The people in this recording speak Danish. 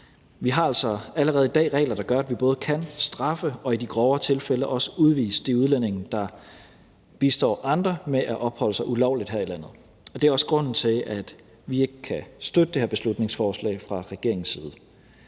Vi har altså allerede i dag regler, der gør, at vi både kan straffe og i de grovere tilfælde også udvise de udlændinge, der bistår andre med at opholde sig ulovligt her i Danmark. Det er også grunden til, at vi fra regeringens side ikke kan støtte det her beslutningsforslag. Når det